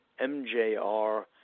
mjr